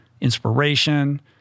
inspiration